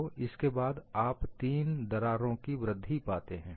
तो इसके बाद आप तीन दरारों की वृद्धि पाते हैं